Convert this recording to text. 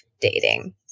dating